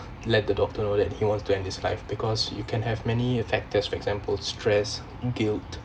let the doctor know that he wants to end his life because you can have many factors for example stress guilt